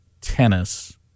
tennis